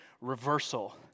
reversal